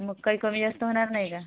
मग काही कमी जास्त होणार नाही का